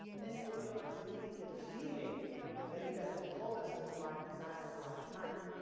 then you realize immediately the feeling and then you got the colors and the right design on the right time.